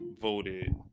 voted